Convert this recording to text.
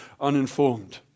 uninformed